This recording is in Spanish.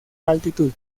altitud